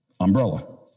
Umbrella